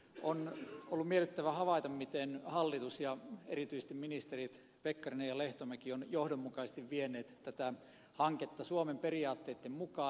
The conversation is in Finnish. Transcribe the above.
on ollut miellyttävää havaita miten hallitus ja erityisesti ministerit pekkarinen ja lehtomäki ovat johdonmukaisesti vieneet tätä hanketta eteenpäin suomen periaatteitten mukaan